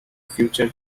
future